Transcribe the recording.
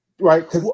right